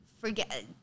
forget